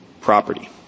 property